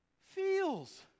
feels